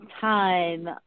time